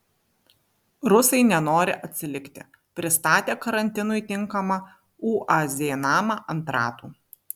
rusai nenori atsilikti pristatė karantinui tinkamą uaz namą ant ratų